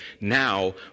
now